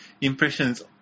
impressions